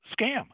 scam